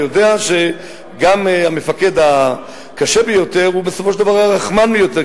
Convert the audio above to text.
יודע שגם המפקד הקשה ביותר הוא בסופו של דבר הרחמן ביותר,